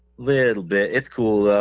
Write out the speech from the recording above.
little bit school